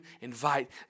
invite